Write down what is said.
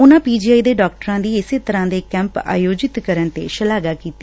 ਉਨੂਂ P G I ਦੇ ਡਾਕਟਰਾਂ ਦੀ ਇਸ ਤਰਾ ਦੇ ਕੈਂਪ ਆਯੋਜਿਤ ਕਰਨ ਤੇ ਸ਼ਲਾਘਾ ਕੀਤੀ